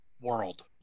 world